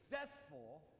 successful